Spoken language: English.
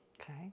Okay